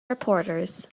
reporters